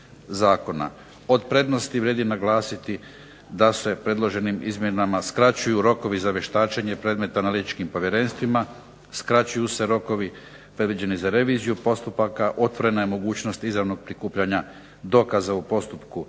Od prednosti vrijedi naglasiti da se predloženim izmjenama skraćuju rokovi za vještačenje predmeta na liječničkim povjerenstvima, skraćuju se rokovi predviđeni za reviziju postupaka, otvorena je mogućnost izravnog prikupljanja dokaza u postupku